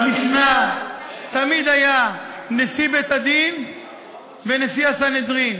במשנה תמיד היו נשיא בית-הדין ונשיא הסנהדרין,